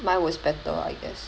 mine was better I guess